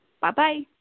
Bye-bye